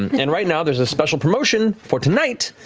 and right now, there's a special promotion for tonight.